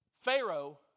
Pharaoh